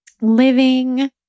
living